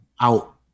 out